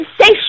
say